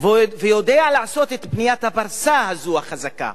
ויודע לעשות את פניית הפרסה הזאת, החזקה,